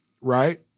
right